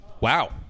Wow